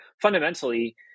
fundamentally